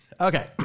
Okay